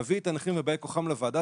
להביא את הנכים ובאי כוחם לוועדה,